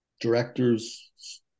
directors